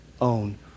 own